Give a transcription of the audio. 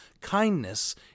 Kindness